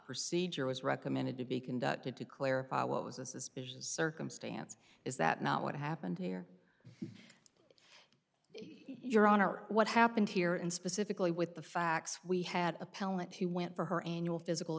procedure was recommended to be conducted to clarify what was a suspicious circumstance is that not what happened here your honor what happened here and specifically with the facts we had appellant who went for her annual physical